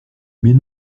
mais